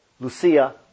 Lucia